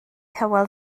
hywel